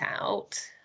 out